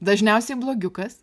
dažniausiai blogiukas